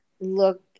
look